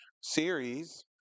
series